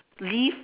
lift